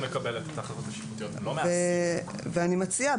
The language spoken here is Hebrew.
מקבלת את ההחלטות השיפוטיות --- ואני מציעה,